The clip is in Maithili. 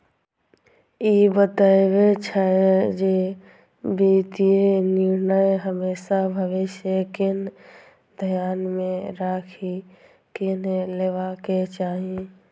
ई बतबै छै, जे वित्तीय निर्णय हमेशा भविष्य कें ध्यान मे राखि कें लेबाक चाही